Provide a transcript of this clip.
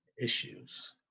issues